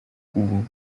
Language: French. couvent